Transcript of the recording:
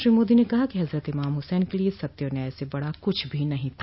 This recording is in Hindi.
श्री मोदी ने कहा है कि हजरत इमाम हुसैन के लिए सत्य और न्याय से बड़ा कुछ भी नहीं था